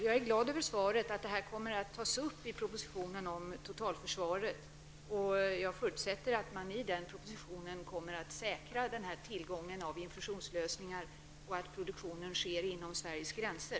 Jag är glad över svaret att detta kommer att tas upp i propositionen om totalförsvaret, och jag förutsätter att regeringen i den propositionen kommer att säkra tillgången till infusionslösningar och att produktionen kommer att ske inom Sveriges gränser.